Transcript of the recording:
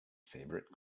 favourite